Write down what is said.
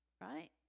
right